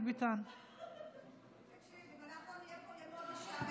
עד כדי כך אתם בובות על חוט שנשלטות על ידי מועצת השורא?